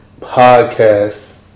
Podcast